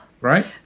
right